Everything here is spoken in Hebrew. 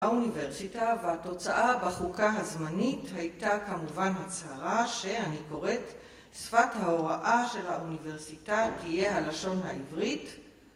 האוניברסיטה והתוצאה בחוקה הזמנית הייתה כמובן הצהרה שאני קוראת שפת ההוראה של האוניברסיטה תהיה הלשון העברית